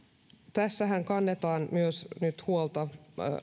tässähän kannetaan nyt huolta myös